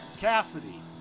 Cassidy